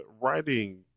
writing